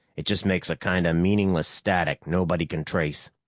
it just makes a kind of meaningless static nobody can trace.